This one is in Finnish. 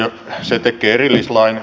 se tekee erillislain